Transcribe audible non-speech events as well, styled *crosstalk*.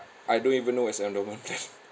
I don't even know what's endowment plan *laughs*